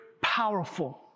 powerful